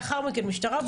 לאחר מכן, משטרה.